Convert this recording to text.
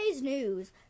news